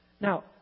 Now